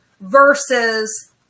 versus